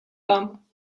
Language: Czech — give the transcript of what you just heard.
tam